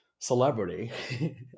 celebrity